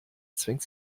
zwängt